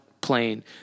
plane